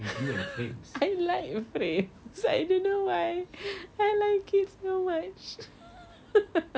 I like frames because I don't know why I like it so much